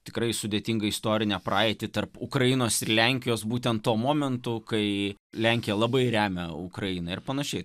tikrai sudėtingą istorinę praeitį tarp ukrainos ir lenkijos būtent tuo momentu kai lenkija labai remia ukrainą ir panašiai